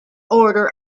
order